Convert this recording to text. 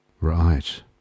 Right